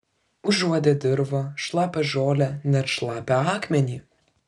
užuodė dirvą šlapią žolę net šlapią akmenį